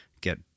get